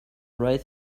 right